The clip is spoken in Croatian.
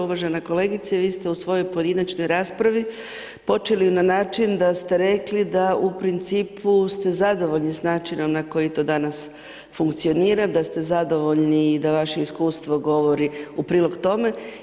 Uvažena kolegice, vi ste u svojoj pojedinačnoj raspravi počeli na način da ste rekli da u principu ste zadovoljni s načinom na koji to danas funkcionira, da ste zadovoljni da vaše iskustvo govori u prilog tome.